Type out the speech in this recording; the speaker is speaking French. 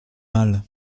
mal